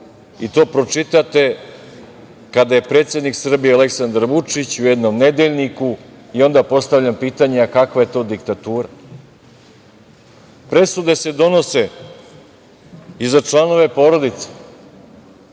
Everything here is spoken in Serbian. i to pročitate kada je predsednik Srbije Aleksandar Vučić u jednom nedeljniku i onda postavljam pitanje – kakva je to diktatura? Presude se donose i za članove porodice